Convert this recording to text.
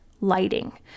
lighting